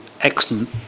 excellent